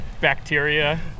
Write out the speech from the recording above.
bacteria